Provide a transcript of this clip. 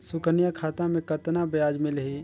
सुकन्या खाता मे कतना ब्याज मिलही?